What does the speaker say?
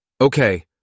Okay